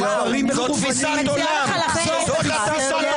זו תפיסת עולם שלהם.